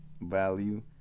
value